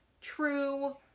true